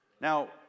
Now